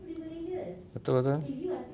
betul betul